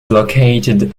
located